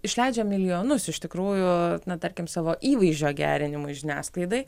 išleidžia milijonus iš tikrųjų na tarkim savo įvaizdžio gerinimui žiniasklaidai